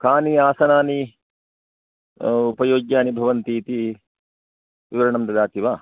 कानि आसनानि उपयोग्यानि भवन्ति इति विवरणं ददाति वा